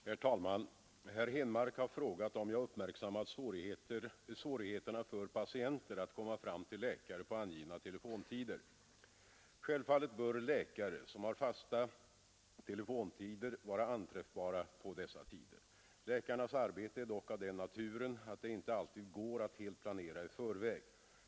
Herr talman! Herr Henmark har frågat om jag uppmärksammat svårigheterna för patienter att komma fram till läkare på angivna telefontider. Självfallet bör läkare som har fasta telefontider vara anträffbara på dessa tider. Läkarnas arbete är dock av den naturen att det inte alltid går att helt planera i förväg.